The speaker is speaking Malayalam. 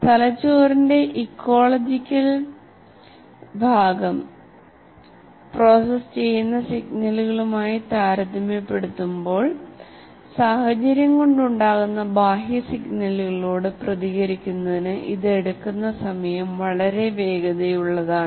തലച്ചോറിന്റെ ഇക്കോളജിക്കൽ ഭാഗം വിവിധ ലോബുകളാൽ പ്രോസസ്സ് ചെയ്യുന്ന സിഗ്നലുകളുമായി താരതമ്യപ്പെടുത്തുമ്പോൾ സാഹചര്യം കൊണ്ടുണ്ടാകുന്ന ബാഹ്യ സിഗ്നലുകളോട് പ്രതികരിക്കുന്നതിന് ഇത് എടുക്കുന്ന സമയം വളരെ വേഗതയുള്ളതാണ്